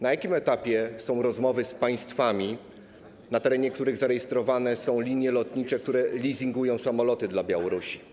Na jakim etapie są rozmowy z państwami, na terenie których zarejestrowane są linie lotnicze, które leasingują samoloty dla Białorusi?